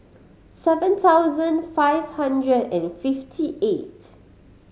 seven thousand five hundred and fifty eight